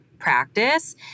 practice